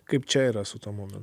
kaip čia yra su automobiliu